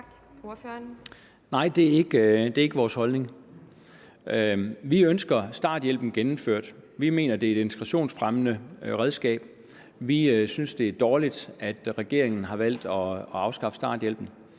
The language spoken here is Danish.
Nej, det er ikke vores holdning. Vi ønsker starthjælpen genindført. Vi mener, at det er et integrationsfremmende redskab. Vi synes, at det er dårligt, at regeringen har valgt at afskaffe starthjælpen.